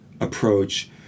approach